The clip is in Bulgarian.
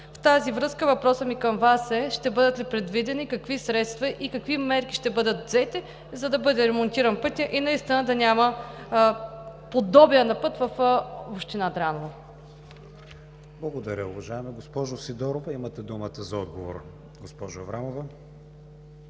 В тази връзка въпросът ми към Вас е: ще бъдат ли предвидени и какви средства и мерки ще бъдат взети, за да бъде ремонтиран пътят и наистина да няма подобие на път в община Дряново? ПРЕДСЕДАТЕЛ КРИСТИАН ВИГЕНИН: Благодаря, уважаема госпожо Сидорова. Имате думата за отговор, госпожо Аврамова.